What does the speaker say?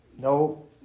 No